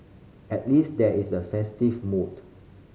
at least there is a festive mood